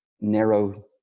narrow